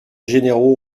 généraux